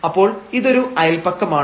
അപ്പോൾ ഇതൊരു അയൽപക്കമാണ്